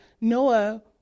Noah